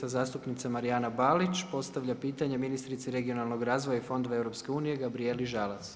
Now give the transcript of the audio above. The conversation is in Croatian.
zastupnica Marijana Balić, postavlja pitanje ministrici regionalnog razvoja i fondova EU-a Gabrijeli žalac.